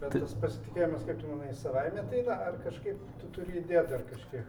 bet tas pasitikėjimas kaip tu manai jis savaime ateina ar kažkaip tu turi įdėt dar kažkiek